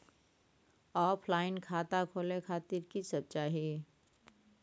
Offline खाता खोले खातिर की सब चाही?